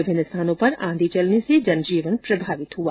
विभिन्न स्थानों पर आंधी चलने से जन जीवन प्रभावित हुआ